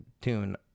tune